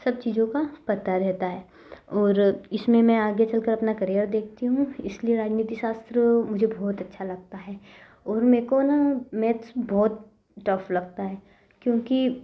सब चीज़ों का पता रहता है और इसमें मैं आगे चलकर अपना करियर देखती हूँ इसलिए राजनीति शास्त्र मुझे बहुत अच्छा लगता है और मुझको ना मैथ्स बहुत टफ लगता है क्योंकि